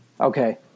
Okay